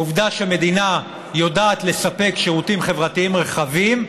העובדה שמדינה יודעת לספק שירותים חברתיים רחבים,